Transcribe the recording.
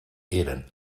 eren